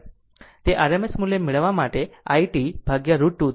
તે RMS મૂલ્ય મેળવવા માટે iT √2 થી ભાગવું પડશે